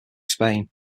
spain